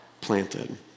planted